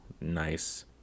nice